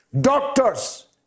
Doctors